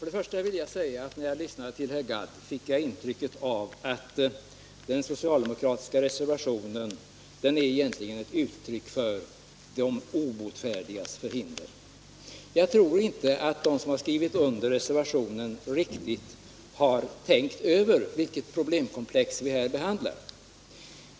Herr talman! När jag lyssnade till herr Gadd fick jag intrycket att den socialdemokratiska reservationen egentligen är ett uttryck för de obotfärdigas förhinder. Jag tror inte att de som skrivit under reservationen riktigt har tänkt över vilket problemkomplex vi här behandlar.